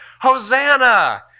Hosanna